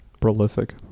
prolific